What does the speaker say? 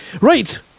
Right